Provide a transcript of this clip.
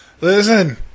listen